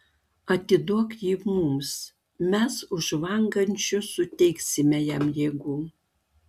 atiduok jį mums mes už žvangančius suteiksime jam jėgų